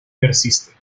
persiste